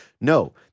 No